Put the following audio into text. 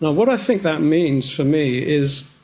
what i think that means for me is,